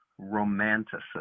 romanticism